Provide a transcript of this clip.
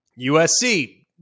USC